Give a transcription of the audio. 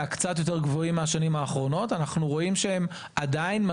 ויבואו אנשים, ייקחו דרכון ויעזבו.